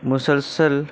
مسلسل